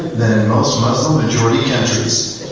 most muslim majority